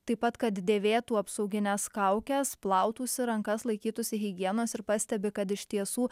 taip pat kad dėvėtų apsaugines kaukes plautųsi rankas laikytųsi higienos ir pastebi kad iš tiesų